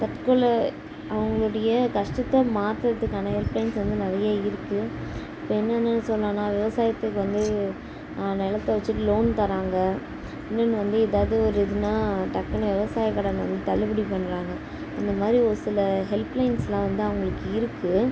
தற்கொலை அவங்களுடைய கஷ்டத்தை மாற்றுறதுக்கான ஹெல்ப் லைன்ஸ் வந்து நிறைய இருக்குது இப்போ என்னன்னு சொல்லணுன்னா விவசாயத்துக்கு வந்து நிலத்த வச்சிகிட்டு லோன் தர்றாங்க இன்னொன்று வந்து எதாவது ஒரு இதுனா டக்குன்னு விவசாயக்கடன் வந்து தள்ளுபடி பண்ணுறாங்க அந்த மாதிரி ஒரு சில ஹெல்ப் லைன்ஸ்லாம் வந்து அவங்களுக்கு இருக்குது